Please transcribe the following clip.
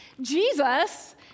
Jesus